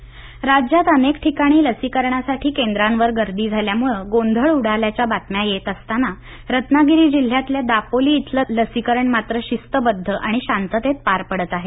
लसीकरण दापोली पॅटर्न राज्यात अनेक ठिकाणी लसीकरणासाठी केंद्रांवर गर्दी झाल्यामुळे गोंधळ उडाल्याच्या बातम्या येत असताना रत्नागिरी जिल्ह्यातल्या दापोली इथलं लसीकरण शिस्तबद्ध आणि शांततेत पार पडत आहे